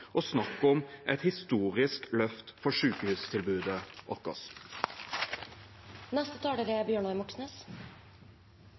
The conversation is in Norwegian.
og snakk om et historisk løft for sykehustilbudet vårt. Det er